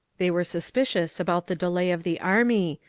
they were suspicious about the delay of the army,